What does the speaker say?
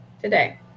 today